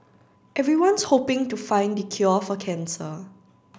everyone's hoping to find the cure for cancer